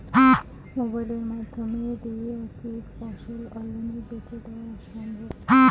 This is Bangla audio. মোবাইলের মইধ্যে দিয়া কি ফসল অনলাইনে বেঁচে দেওয়া সম্ভব?